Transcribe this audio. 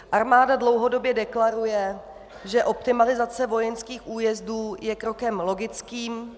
Armáda dlouhodobě deklaruje, že optimalizace vojenských újezdů je krokem logickým...